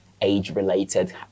age-related